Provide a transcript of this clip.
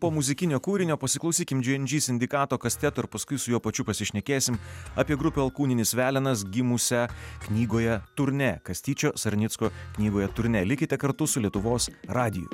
po muzikinio kūrinio pasiklausykim džy en džy sindikato kasteto ir paskui su juo pačiu pasišnekėsim apie grupę alkūninis velenas gimusią knygoje turnė kastyčio sarnicko knygoje turnė likite kartu su lietuvos radiju